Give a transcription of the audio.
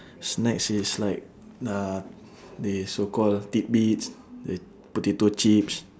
snacks is like uh they so call tidbits a~ potato chips